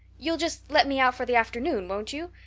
you'll just let me out for the afternoon, won't you?